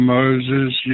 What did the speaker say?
Moses